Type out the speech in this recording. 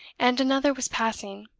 and another was passing.